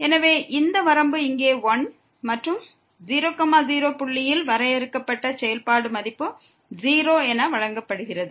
எனவே இந்த வரம்பு இங்கே 1 மற்றும் 0 0 புள்ளியில் வரையறுக்கப்பட்ட செயல்பாடு மதிப்பு 0 என வழங்கப்படுகிறது